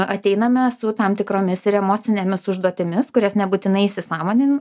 ateiname su tam tikromis ir emocinėmis užduotimis kurias nebūtinai įsisąmonin